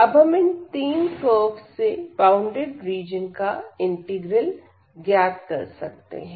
अब हम इन तीन कर्वस से बॉउंडेड रीजन का इंटीग्रल ज्ञात कर सकते हैं